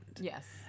Yes